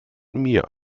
mir